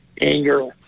anger